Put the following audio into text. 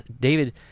David